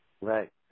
Right